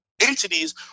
entities